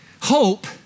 Hope